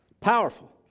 Powerful